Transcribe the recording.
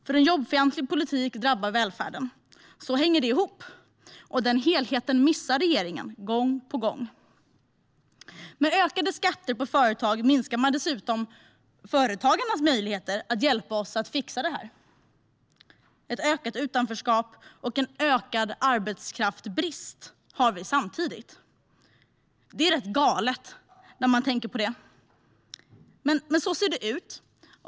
För en jobbfientlig politik drabbar välfärden; så hänger det ihop, och den helheten missar regeringen gång på gång. Med ökade skatter på företag minskar man dessutom företagarnas möjligheter att hjälpa oss att fixa detta. Vi har samtidigt ett ökat utanförskap och en ökad arbetskraftsbrist. Det är rätt galet när man tänker på det, men så ser det ut.